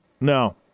No